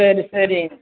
சரி சரி